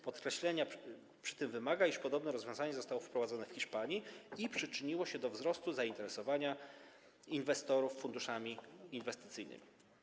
Podkreślenia przy tym wymaga, iż podobne rozwiązanie zostało wprowadzone w Hiszpanii i przyczyniło się do wzrostu zainteresowania inwestorów funduszami inwestycyjnymi.